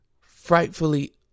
frightfully